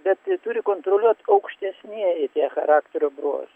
bet turi kontroliuot aukštesnieji tie charakterio bruožai